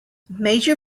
major